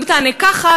אם תענה ככה,